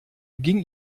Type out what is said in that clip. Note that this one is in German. ging